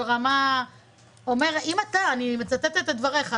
אני מצטטת את דבריך.